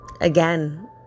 again